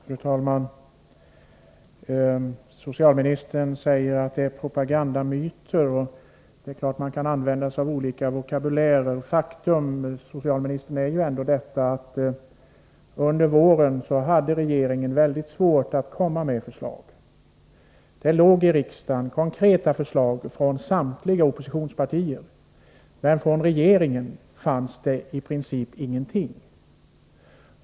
Fru talman! Socialministern säger att det är propagandamyter. Det är klart att man kan använda sig av olika vokabulärer. Men faktum, socialministern, är ju ändå att under våren hade regeringen väldigt svårt att komma med förslag. Det låg i riksdagen konkreta förslag från samtliga oppositionspartier, men från regeringen kom i princip ingenting.